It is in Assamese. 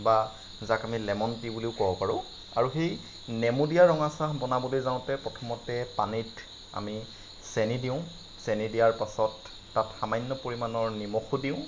বা যাক আমি লেমন টি বুলিও ক'ব পাৰোঁ আৰু সেই নেমু দিয়া ৰঙা চাহ বনাবলৈ যাওঁতে প্ৰথমতে পানীত আমি চেনী দিওঁ চেনী দিয়াৰ পাছত তাত সামান্য পৰিমাণৰ নিমখো দিওঁ